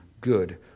good